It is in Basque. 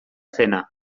zena